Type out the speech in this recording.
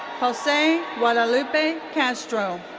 jose guadalupe castro.